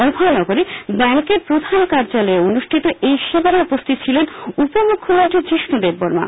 অভয়নগর ব্যাঙ্কের প্রধান কার্যালয়ে অনুষ্ঠিত এই শিবিরে উপস্থিত ছিলেন উপমুখ্যমন্ত্রী যীষ্ণ দেববর্মা